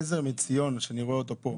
עזר מציון שאני רואה אותו פה,